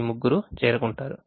ఈ ముగ్గురూ చేరుకుంటారు